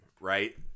right